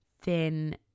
thin